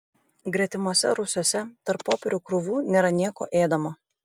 gretimuose rūsiuose tarp popierių krūvų nėra nieko ėdamo